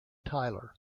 tyler